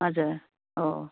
हजुर हो हो